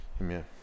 Amen